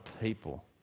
people